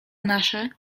nasze